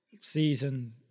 season